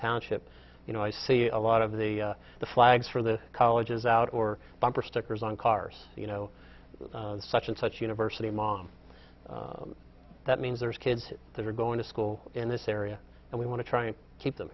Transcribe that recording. township you know i see a lot of the the flags for the colleges out or bumper stickers on cars you know such and such university mom that means there's kids that are going to school in this area and we want to try and keep them